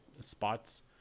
spots